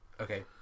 Okay